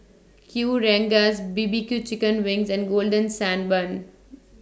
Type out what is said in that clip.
Kueh Rengas B B Q Chicken Wings and Golden Sand Bun